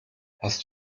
hast